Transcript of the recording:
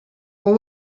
what